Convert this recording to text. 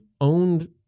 owned